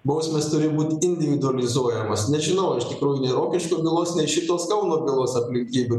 bausmės turi būt individualizuojamos nežinau iš tikrųjų nei rokiškio bylos šitos kauno bylos aplinkybių